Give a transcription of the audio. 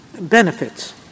benefits